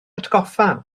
hatgoffa